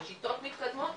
לשיטות מתקדמות.